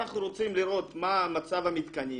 אנחנו רוצים לראות מה מצב המתקנים,